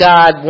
God